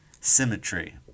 symmetry